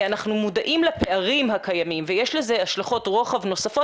אנחנו מודעים לפערים הקיימים ויש לזה השלכות רוחב נוספות.